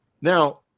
Now